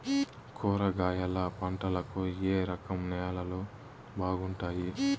కూరగాయల పంటలకు ఏ రకం నేలలు బాగుంటాయి?